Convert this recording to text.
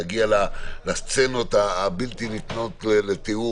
להגיע לסצנות הבלתי ניתנות לתיאור,